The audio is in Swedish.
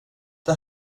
det